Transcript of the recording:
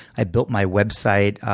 i built my website,